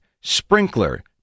Sprinkler